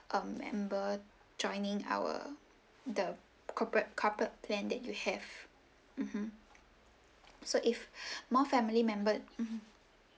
um member joining our the corporate corporate plan that you have mmhmm so if more family member mmhmm